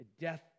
death